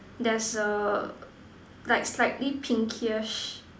there's a like slightly pinkish